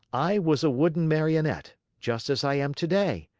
i was a wooden marionette, just as i am today.